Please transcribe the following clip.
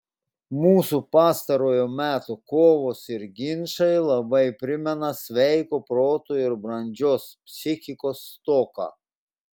mūsų pastarojo meto kovos ir ginčai labai primena sveiko proto ir brandžios psichikos stoką